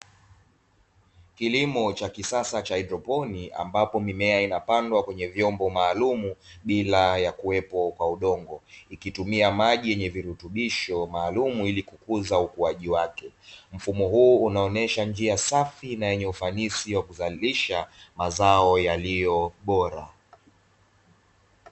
Kilimo cha kisasa cha haidroponi ambapo mimea inapandwa kwenye vyombo maalumu bila ya kuwepo kwa udongo, ikitumia maji yenye virutubisho maalumu ili kukuza ukuaji wake. Mfumo huu unaonyesha njia safi na yenye ufanisi wa kuzalisha mazao yaliyo bora.